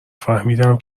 فهمیدم